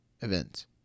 events